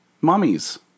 Mummies